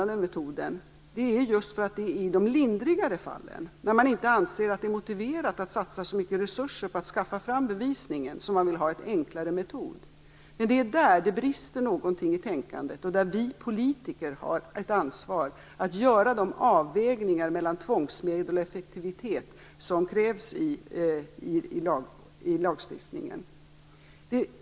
Det är just i de lindrigare fallen, när man inte anser att det är motiverat att satsa så mycket resurser på att skaffa fram bevisning, som man vill ha en enklare metod. Det är där det brister i tänkandet, och det är där vi politiker har ett ansvar att göra de avvägningar mellan tvångsmedel och effektivitet som krävs i lagstiftningen.